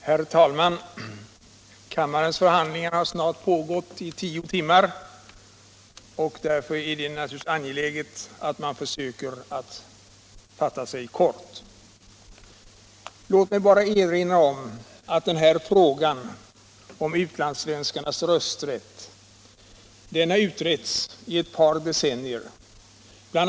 Herr talman! Kammarens förhandlingar har snart pågått i tio timmar, och därför är det naturligtvis angeläget att jag försöker att fatta mig kort. Låt mig inledningsvis bara erinra om att frågan om utlandssvenskarnas rösträtt har utretts i ett par decennier. Bl.